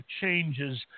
changes